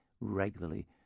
regularly